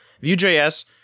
Vue.js